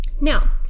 Now